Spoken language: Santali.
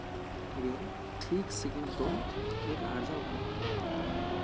ᱜᱮ ᱴᱷᱤᱠ ᱥᱤᱠᱷᱱᱟᱹᱛ ᱫᱚ ᱦᱟᱹᱨ ᱟᱨᱡᱟᱣ ᱜᱟᱱᱚᱜᱼᱟ